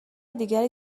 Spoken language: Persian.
دیگری